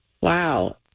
wow